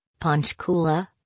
Panchkula